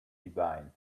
divine